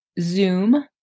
Zoom